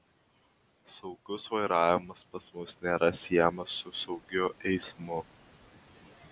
saugus vairavimas pas mus nėra siejamas su saugiu eismu